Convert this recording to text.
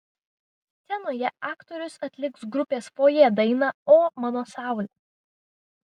scenoje aktorius atliks grupės fojė dainą o mano saule